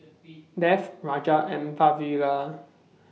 Dev Raja and Vavilala